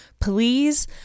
please